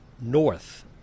north